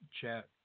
chat